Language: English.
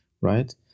right